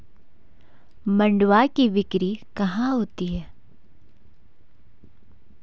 मंडुआ की बिक्री कहाँ होती है?